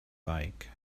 bike